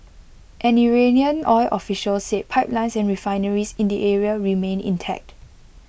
an Iranian oil official said pipelines and refineries in the area remained intact